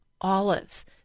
olives